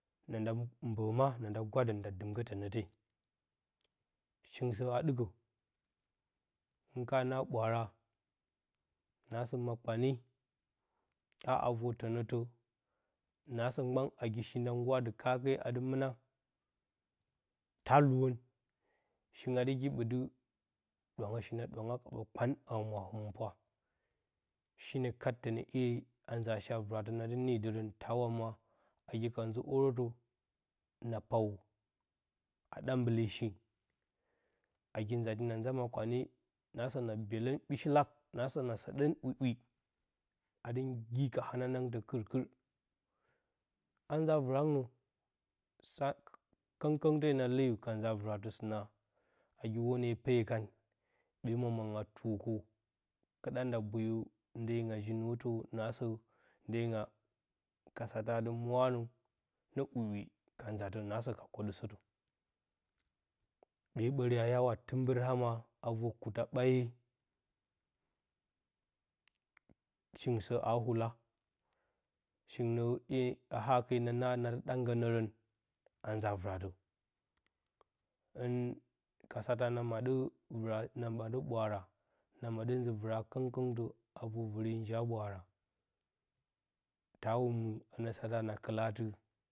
Na nda mbə ma, na nda gwandən nda dɨma gə tənəte shingɨn sə a dɨkə hɨn ka na, na ɓwaara naasə ma kpane a ha vor-tənətə, naasə mgban nagi shi nda ngguura dɨ kaake adɨ mna, ta luuwon shingɨn adɨgi, bədi ɗwaanga shi na ɗwaanga kaɓa kpan a humwa həmɨnpwa shinə kat tənə ‘ye a nzaa shi a vɨrat nadɨ niidərən tawa mwa, nagi ka nzə hərəətə na pawo a ɗa mbaale shee, nagi nzati na nzaa makpane naasə na byeləng ɓɨshilak naasə na byeləng ‘wi ‘wi adɨ gi ka hanangtə kɨr kɨr anza vɨrangnə ta, kəngkəngte na leyo ka nzaa vɨratə sɨna, nagi winəag peyo kan, ɓee mwa mangɨn a tuwo kəm kɨɗa nda boyo nɗeyinga ji-nuwotə naasə ndeyinga ka satə atɨ murarə nə ‘wi ‘wi ka nzaatə naasə ka koɗəsətə ɓee ɓəri ati ya wa tɨmbɨr ama a vor-kuta ɓaye, shingɨn sə a wula shirigɨn nə ‘ye a hake, na narən, nadɨ ɗa nggənərən a nzaa vɨra tə hɨn ka satə ati na maaɗə vɨra na manɗə ɓwaargi na maaɗə nzɨ vɨra-kəngkəngtə a vor-vɨre njiya ɓwaara ta wa mwi tawa mwi anə satə na kirla nə satə ati.